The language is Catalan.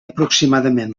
aproximadament